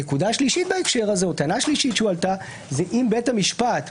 נקודה שלישית בהקשר הזה או טענה שלישית שהועלתה היא האם במקרה שיש